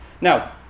Now